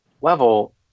level